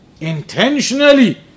intentionally